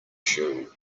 shoe